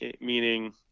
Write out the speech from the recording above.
meaning